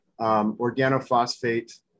organophosphate